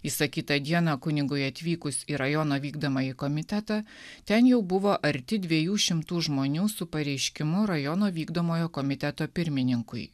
įsakytą dieną kunigui atvykus į rajono vykdomąjį komitetą ten jau buvo arti dviejų šimtų žmonių su pareiškimu rajono vykdomojo komiteto pirmininkui